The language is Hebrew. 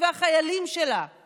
וכמנהל כושל הוא צריך להסיק מסקנות.